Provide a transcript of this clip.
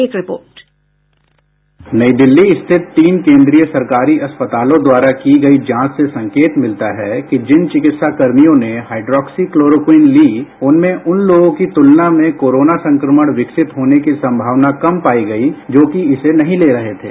एक report sound bite नई दिल्ली स्थित तीन केंद्रीयसरकारी अस्पतालों द्वारा की गई जांच से संकेत मिलता है कि जिन चिकित्साकर्मियों नेहाइड्रॉक्सीक्लोरोक्वीन ली उनमें उन लोगों की तुलना में कोरोना संक्रमण विकसित होनेकी संभावना कम पाई गई जो कि इसे नहीं ले रहे थे